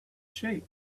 shape